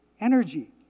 energy